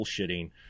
bullshitting